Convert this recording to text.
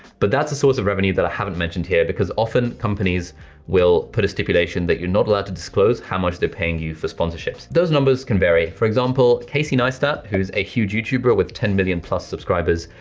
but that's a source of revenue that i haven't mentioned here because often companies will put a stipulation that you're not allowed to disclose how much they're paying you for sponsorships. those numbers can vary, for example, caseyneistat, who's a huge youtuber with ten million plus subscribers,